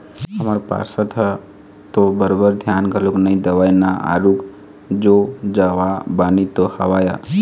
हमर पार्षद ह तो बरोबर धियान घलोक नइ देवय ना आरुग जोजवा बानी तो हवय